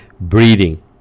breathing